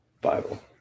bible